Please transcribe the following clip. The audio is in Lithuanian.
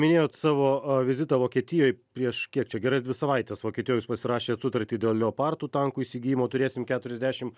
minėjot savo vizitą vokietijoj prieš kiek čia geras dvi savaites vokietijoj jūs pasirašėt sutartį dėl leopartų tankų įsigijimo turėsim keturiasdešim